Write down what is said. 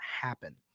happen